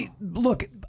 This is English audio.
look